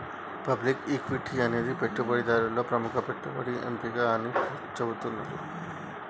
public equity అనేది పెట్టుబడిదారులలో ప్రముఖ పెట్టుబడి ఎంపిక అని చెబుతున్నరు